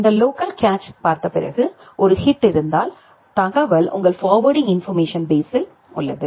இந்த லோக்கல் கேசீயை பார்த்த பிறகு ஒரு ஹிட் இருந்தால் தகவல் உங்கள் ஃபார்வேர்டிங் இன்போர்மேஷன் பேஸ்ஸில் உள்ளது